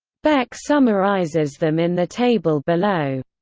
beck summarizes them in the table below.